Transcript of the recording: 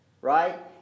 right